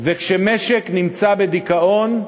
וכשמשק נמצא בדיכאון,